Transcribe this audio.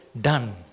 done